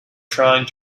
trying